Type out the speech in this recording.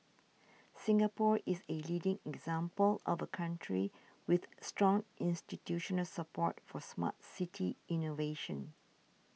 Singapore is a leading example of a country with strong institutional support for Smart City innovation